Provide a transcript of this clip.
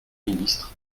ministre